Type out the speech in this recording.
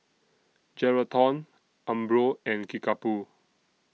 Geraldton Umbro and Kickapoo